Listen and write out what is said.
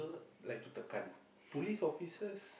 like to tekan police officers